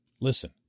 listen